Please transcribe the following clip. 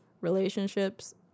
relationships